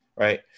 Right